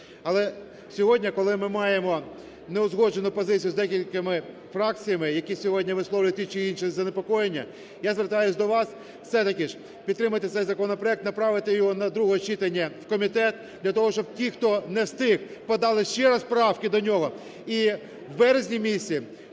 Але сьогодні, коли ми маємо не узгоджену позицію з декількома фракціями, які сьогодні висловлюють ті чи інші занепокоєння. Я звертаюсь до вас, все-таки, підтримайте цей законопроект, направити його на друге читання в комітет для того, щоб ті, хто не встиг, подали ще раз правки до нього. І в березні місяці,